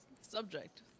Subject